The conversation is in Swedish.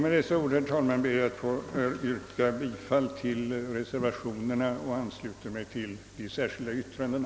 Med dessa ord, herr talman, ber jag att få yrka bifall till reservationerna och ansluter mig till de särskilda yttrandena.